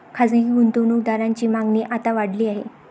खासगी गुंतवणूक दारांची मागणी आता वाढली आहे